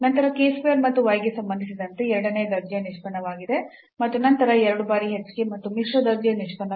ನಂತರ k square ಮತ್ತು y ಗೆ ಸಂಬಂಧಿಸಿದಂತೆ ಎರಡನೇ ದರ್ಜೆಯ ನಿಷ್ಪನ್ನವಾಗಿದೆ ಮತ್ತು ನಂತರ ಎರಡು ಬಾರಿ hk ಮತ್ತು ಮಿಶ್ರ ದರ್ಜೆಯ ನಿಷ್ಪನ್ನಗಳು